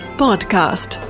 podcast